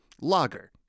Lager